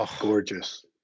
gorgeous